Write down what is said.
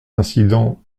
incident